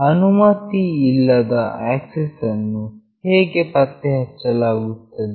ಅನುಮತಿಯಿಲ್ಲದ access ಅನ್ನು ಹೇಗೆ ಪತ್ತೆಹಚ್ಚಲಾಗುತ್ತದೆ